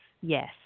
yes